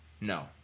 No